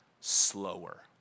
slower